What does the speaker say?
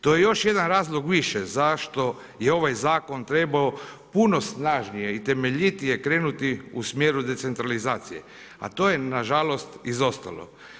To je još jedan razlog više zašto je ovaj zakon trebao puno snažnije i temeljitije krenuti u smjeru decentralizacije, a to je nažalost izostalo.